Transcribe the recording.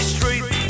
Street